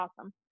awesome